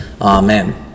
amen